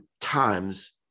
times